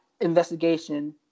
investigation